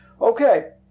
okay